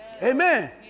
Amen